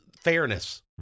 fairness